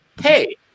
hey